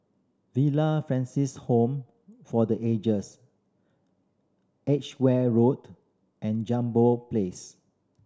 Villa Francis Home for the Ages Edgware Road and Jambol Place